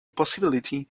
possibility